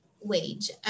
wage